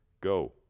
Go